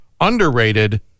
Underrated